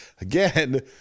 Again